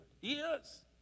Yes